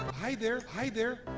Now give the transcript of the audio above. hai there hi there!